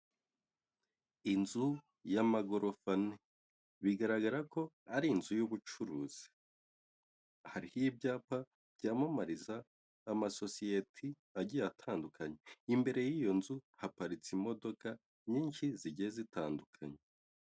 Inzu ya magorofa ane. Bigaragara ko ari inzu y'ubucuruzi. Hariho ibyapa byamamariza amasosiyeti agiye atandukanye, imbere y'iyo nzu, haparitse imodoka nyinshi zigiye zitandukanye.